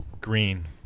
green